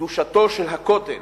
קדושתו של הכותל